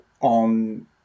on